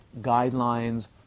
guidelines